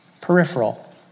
Peripheral